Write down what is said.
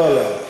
לא לא,